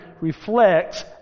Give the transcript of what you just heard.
reflects